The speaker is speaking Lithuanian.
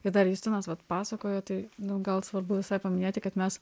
ir dar justinas vat pasakojo tai nu gal svarbu visai paminėti kad mes